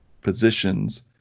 positions